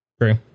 True